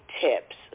tips